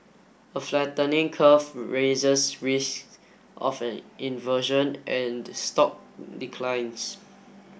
a flattening curve raises risk of an inversion and stock declines